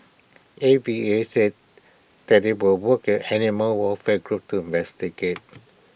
A V A said that IT would work animal welfare groups to investigate